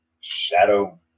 shadow